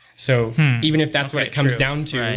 so even if that's what it comes down to,